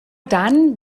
dann